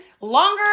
longer